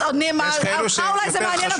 אדוני היושב-ראש, אותך זה אולי מעניין.